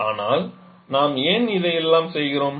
ஆனால் நாம் ஏன் இதை எல்லாம் செய்கிறோம்